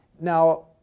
Now